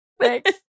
Thanks